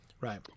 right